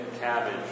cabbage